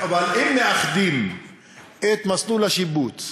אבל אם מאחדים את מסלול השיבוץ